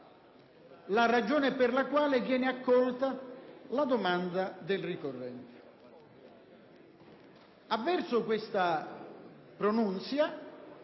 la ragione per la quale viene accolta o meno la domanda del ricorrente. Avverso questa pronunzia,